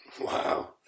wow